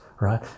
right